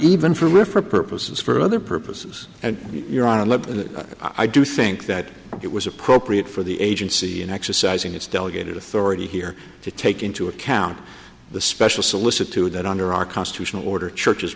reference purposes for other purposes and your honor let i do think that it was appropriate for the agency in exercising its delegated authority here to take into account the special solicitude that under our constitutional order churches